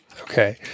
Okay